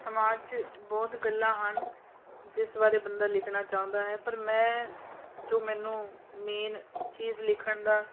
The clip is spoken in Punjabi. ਸਮਾਜ 'ਚ ਬਹੁਤ ਗੱਲਾਂ ਹਨ ਜਿਸ ਬਾਰੇ ਬੰਦਾ ਲਿਖਣਾ ਚਾਹੁੰਦਾ ਹੈ ਪਰ ਮੈਂ ਜੋ ਮੈਨੂੰ ਮੇਨ ਚੀਜ਼ ਲਿਖਣ ਦਾ